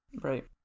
Right